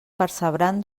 percebran